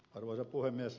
arvoisa puhemies